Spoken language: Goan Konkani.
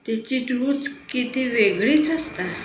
तेची रूच कितें वेगळीच आसता